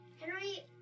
Henry